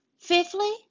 fifthly